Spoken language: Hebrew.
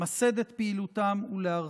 למסד את פעילותם ולהרחיבה.